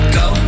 go